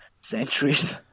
centuries